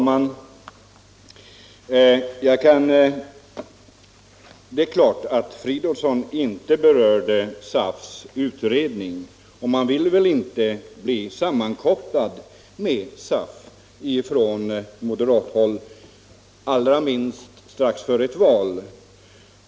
Herr talman! Det är klart att herr Fridolfsson inte berör SAF:s utredning, och moderaterna vill väl inte bli sammankopplade med SAF allra minst strax före ett val.